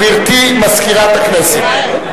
גברתי מזכירת הכנסת.